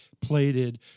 plated